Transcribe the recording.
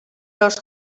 los